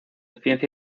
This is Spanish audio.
ciencia